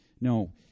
No